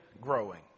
growing